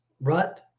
rut